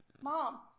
Mom